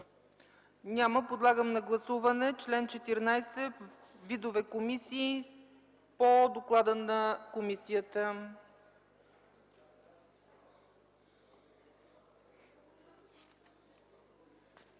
Няма. Подлагам на гласуване чл. 14 – „Видове комисии”, по доклада на комисията.